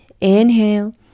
inhale